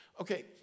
Okay